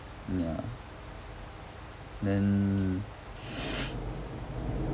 ya then